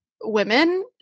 women